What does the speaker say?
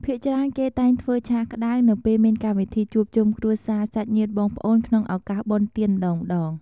ភាគច្រើនគេតែងធ្វើឆាក្តៅ នៅពេលមានកម្មវិធីជួបជុំគ្រួសារសាច់ញាតិបងប្អូនក្នុងឳកាសបុណ្យទានម្តងៗ។